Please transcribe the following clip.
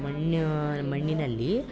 ಮಣ್ಣ ಮಣ್ಣಿನಲ್ಲಿ